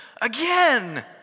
again